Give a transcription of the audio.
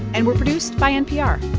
and we're produced by npr